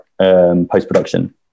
post-production